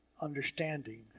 understanding